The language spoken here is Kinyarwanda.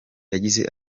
yagize